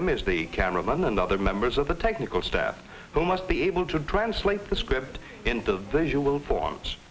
him is the cameraman and other members of the technical staff who must be able to translate the script into visual forms